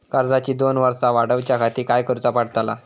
कर्जाची दोन वर्सा वाढवच्याखाती काय करुचा पडताला?